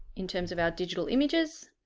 in terms of our digital images